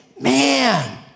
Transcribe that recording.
Man